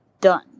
done